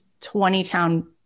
20-town